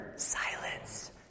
Silence